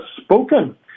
spoken